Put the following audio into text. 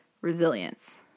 resilience